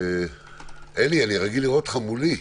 אני רוצה להודות לחברי הוועדה,